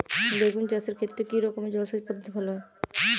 বেগুন চাষের ক্ষেত্রে কি রকমের জলসেচ পদ্ধতি ভালো হয়?